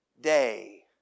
day